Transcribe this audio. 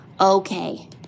okay